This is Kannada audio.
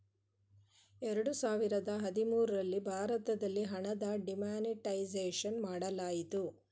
ಎರಡು ಸಾವಿರದ ಹದಿಮೂರಲ್ಲಿ ಭಾರತದಲ್ಲಿ ಹಣದ ಡಿಮಾನಿಟೈಸೇಷನ್ ಮಾಡಲಾಯಿತು